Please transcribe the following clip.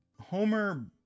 Homer